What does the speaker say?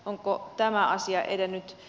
onko tämä asia edennyt